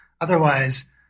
Otherwise